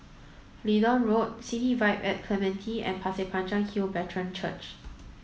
Leedon Road City Vibe at Clementi and Pasir Panjang Hill Brethren Church